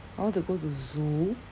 I want to go to zoo